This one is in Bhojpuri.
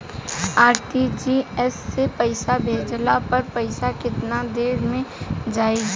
आर.टी.जी.एस से पईसा भेजला पर पईसा केतना देर म जाई?